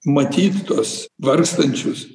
matyt tuos vargstančius